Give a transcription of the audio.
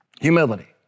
Humility